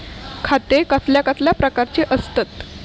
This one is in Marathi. खाते कसल्या कसल्या प्रकारची असतत?